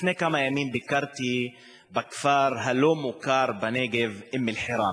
לפני כמה ימים ביקרתי בכפר הלא-מוכר בנגב אום-אלחיראן,